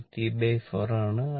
ഇത് T4 ആണ്